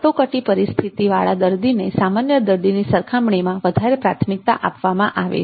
કટોકટી પરિસ્થિતિવાળા દર્દીઓને સામાન્ય દર્દીઓને સરખામણીમાં વધારે પ્રાથમિકતા આપવામાં આવે છે